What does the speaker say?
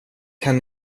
kan